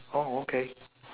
oh okay